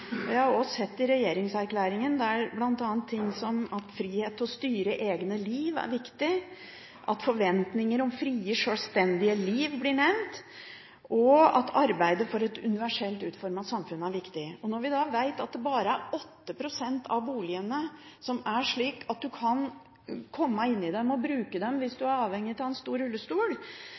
der bl.a. står noe om at frihet til å styre sitt eget liv er viktig, at forventninger om frie og sjølstendige liv blir nevnt, og at arbeidet for et universelt utformet samfunn er viktig. Når vi da vet at det bare er 8 pst. av boligene som er slik at en kan komme inn i dem og bruke dem hvis en er avhengig av en stor rullestol,